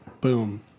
Boom